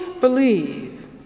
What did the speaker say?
believe